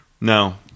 No